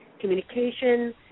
communication